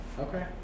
Okay